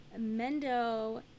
Mendo